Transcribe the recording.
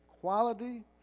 quality